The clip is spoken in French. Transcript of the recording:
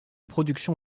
production